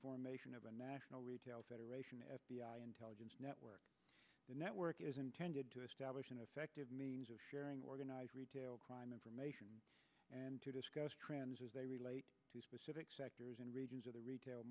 formation of a national retail federation f b i intelligence network a network is intended to establish an effective means of sharing organized retail crime information and to discuss trends as they relate to specific sectors and regions of the retail